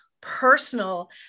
personal